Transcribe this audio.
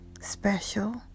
special